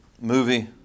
movie